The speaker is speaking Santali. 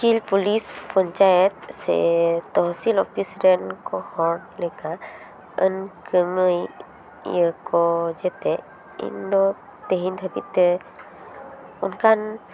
ᱩᱠᱤᱞ ᱯᱚᱞᱤᱥ ᱯᱚᱱᱧᱪᱟᱭᱮᱛ ᱥᱮ ᱛᱚᱦᱚᱥᱤᱞ ᱚᱯᱷᱤᱥ ᱨᱮᱱ ᱠᱚ ᱦᱚᱲ ᱞᱮᱠᱟ ᱟᱹᱱ ᱠᱟᱹᱢᱤ ᱠᱟᱹᱢᱟᱹᱭᱟ ᱠᱚ ᱡᱟᱛᱮ ᱤᱧ ᱫᱚ ᱛᱮᱦᱮᱧ ᱫᱷᱟᱹᱵᱤᱡ ᱛᱮ ᱚᱱᱠᱟᱱ